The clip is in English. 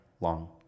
long